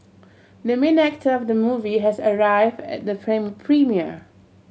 the main actor of the movie has arrived at the premiere